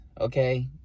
okay